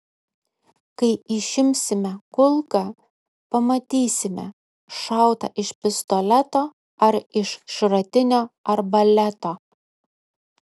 kai išimsime kulką pamatysime šauta iš pistoleto ar iš šratinio arbaleto